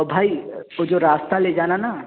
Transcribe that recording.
تو بھائی وہ جو راستہ لے جانا نا